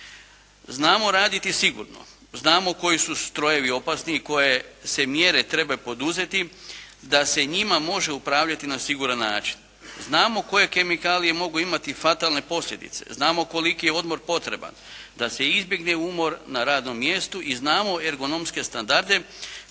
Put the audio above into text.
Znamo raditi sigurno, znamo koji su strojevi opasni i koje se mjere trebaju poduzeti da se njima može upravljati na siguran način. Znamo koje kemikalije mogu imati fatalne posljedice, znamo koliki je odmor potreban da se izbjegne umor na radnom mjestu i znamo ergonomske standarde